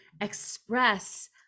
express